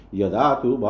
Yadatu